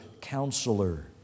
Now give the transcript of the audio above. Counselor